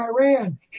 Iran